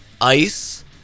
Ice